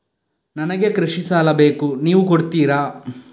ನನಗೆ ಕೃಷಿ ಸಾಲ ಬೇಕು ನೀವು ಕೊಡ್ತೀರಾ?